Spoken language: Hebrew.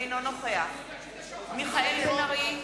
אינו נוכח מיכאל בן-ארי,